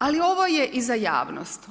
Ali ovo je i za javnost.